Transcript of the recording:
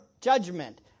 judgment